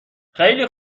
خیلی